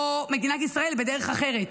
או מדינת ישראל בדרך אחרת.